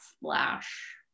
slash